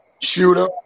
Shooter